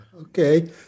okay